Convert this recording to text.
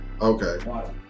okay